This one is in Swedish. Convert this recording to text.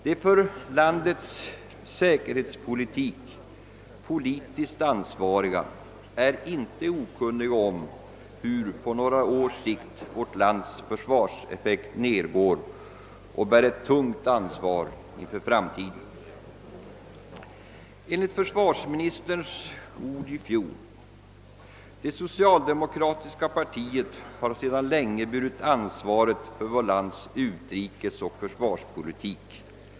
De för landets säkerhetspolitik politiskt ansvariga är inte okunniga om hur på några års sikt vårt lands försvarseffekt nedgår och de bär ett tungt ansvar inför framtiden. Försvarsministern yttrade i fjol: »Det socialdemokratiska partiet har sedan mycket länge burit ansvaret för vårt lands utrikesoch försvarspolitik.